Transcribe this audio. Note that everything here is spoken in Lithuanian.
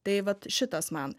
tai vat šitas man